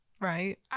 Right